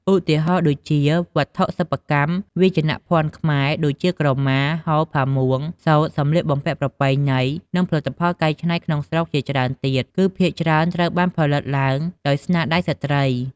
ឧទាហរណ៍ដូចជា វត្ថុសិប្បកម្ម វាយនភ័ណ្ឌខ្មែរ ដូចជា ក្រមា ហូល ផាមួង សូត្រ សំលៀកបំពាក់ប្រពៃណី និងផលិតផលកែច្នៃក្នុងស្រុកជាច្រើនទៀត គឺភាគច្រើនត្រូវបានផលិតឡើងដោយស្នាដៃស្ត្រី។